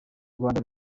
rwanda